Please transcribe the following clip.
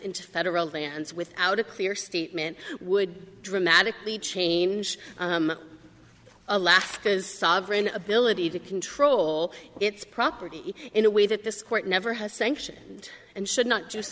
into federal lands without a clear statement would dramatically change alaska's sovereign ability to control its property in a way that this court never has sanctioned and should not just